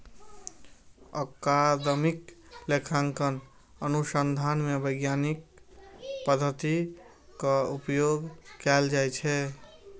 अकादमिक लेखांकन अनुसंधान मे वैज्ञानिक पद्धतिक उपयोग कैल जाइ छै